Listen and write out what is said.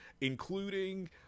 including